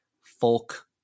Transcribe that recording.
folk